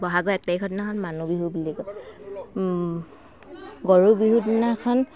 বহাগৰ এক তাৰিখৰ দিনাখন মানুহ বিহু বুলি কয় গৰু বিহুৰ দিনাখন